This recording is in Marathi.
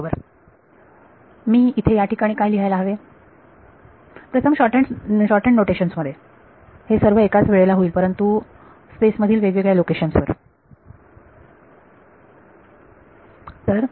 बरोबर मी इथे या ठिकाणी काय लिहायला हवे प्रथम शॉर्टहँड नोटेशन्स मध्ये हे सर्व एकाच वेळेला होईल परंतु स्पेस मधील वेगवेगळ्या लोकेशन्स वर